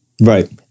Right